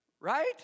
Right